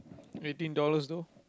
eighteen dollars though